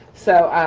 so